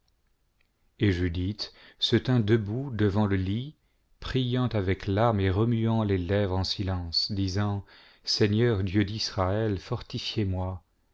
et judith se tint debout devant le lit priant avec larmes et remuant les lèvres en silence disant seigneur dieu d'israël fortifiez